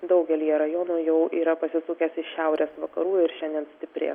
daugelyje rajonų jau yra pasisukęs iš šiaurės vakarų ir šiandien stiprės